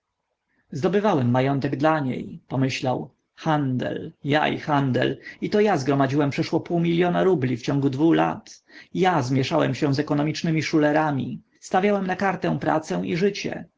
zdobywałem majątek dla niej pomyślał handel ja i handel i to ja zgromadziłem przeszło pół miliona rubli w ciągu dwu lat ja zmieszałem się z ekonomicznymi szulerami stawiałem na kartę pracę i życie